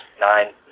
nine